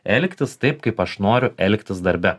elgtis taip kaip aš noriu elgtis darbe